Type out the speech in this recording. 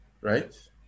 right